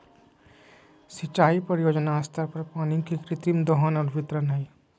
सिंचाई परियोजना स्तर पर पानी के कृत्रिम दोहन और वितरण हइ